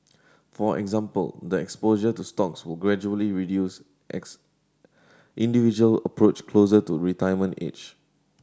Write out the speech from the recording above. for example the exposure to stocks will gradually reduce individual approach closer to retirement age